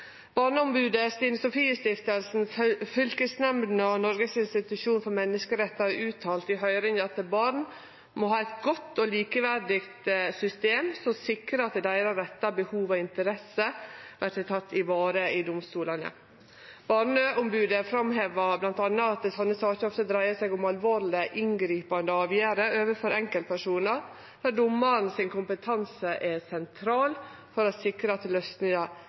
Barneombodet, Stine Sofies Stiftelse, fylkesnemndene og Noregs institusjon for menneskerettar har uttalt i høyring at barn må ha eit godt og likeverdig system som sikrar at rettane, behova og interessene deira vert varetekne i domstolane. Barneombodet framheva bl.a. at slike saker ofte dreier seg om alvorleg inngripande avgjerder overfor enkeltpersonar, der kompetansen til dommaren er sentral for å sikre at løysinga vert til